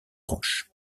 roches